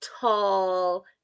tall